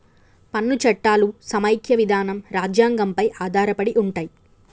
పన్ను చట్టాలు సమైక్య విధానం రాజ్యాంగం పై ఆధారపడి ఉంటయ్